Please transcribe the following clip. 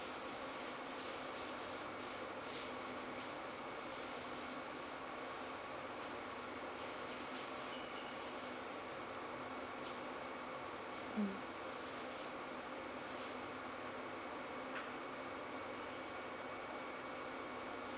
mm